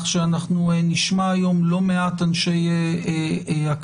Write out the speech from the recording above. שאנחנו נשמע היום לא מעט אנשי אקדמיה,